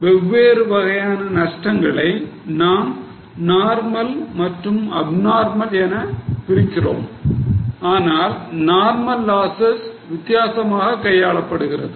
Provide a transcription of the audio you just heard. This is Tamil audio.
எனவே வெவ்வேறு வகையான நஷ்டங்களை நாம் நார்மல் மற்றும் அப்நார்மல் என பிரிக்கிறோம் ஆனால் நார்மல் லாசஸ் வித்தியாசமாக கையாளப்படுகிறது